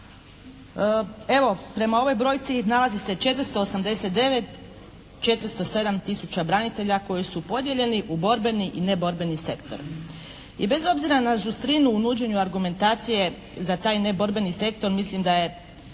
Evo prema ovoj brojci nalazi se 489 407 tisuća branitelja koji su podijeljeni u borbeni i neborbeni sektor. I bez obzira na žustrinu u nuđenju argumentacije za taj neborbeni sektor mislim da je